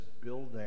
building